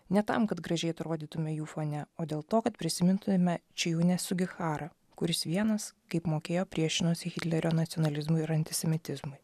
ne tam kad gražiai atrodytumėme jų fone o dėl to kad prisimintumėme čiajūnę sugiharą kuris vienas kaip mokėjo priešinosi hitlerio nacionalizmui ir antisemitizmui